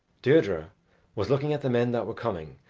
deirdre was looking at the men that were coming,